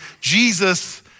Jesus